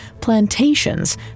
plantations